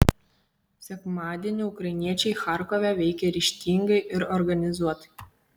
sekmadienį ukrainiečiai charkove veikė ryžtingai ir organizuotai